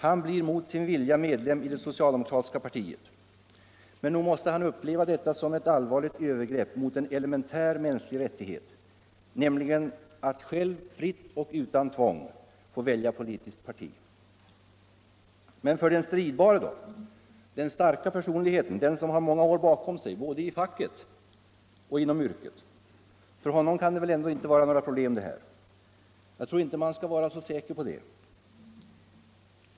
Han blir mot sin vilja medlem i det socialdemokratiska partiet. Men nog måste han uppleva detta som ett allvarligt övergrepp mot en elementär mänsklig rättighet, nämligen att själv fritt och utan tvång få välja politiskt parti. Men för den stridbare, den starka personligheten, den som har många år bakom sig både i facket och inom yrket, för honom kan väl det här ändå inte vålla några problem? Jag tror inte man kan vara så säker på det.